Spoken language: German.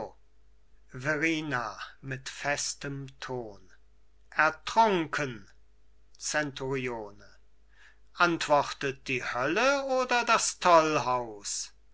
mit festem ton ertrunken zenturione antwortet die hölle oder das tollhaus